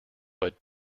but